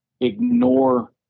ignore